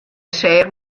seach